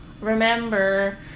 remember